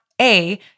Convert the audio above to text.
A-